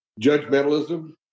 judgmentalism